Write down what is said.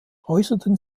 äußerten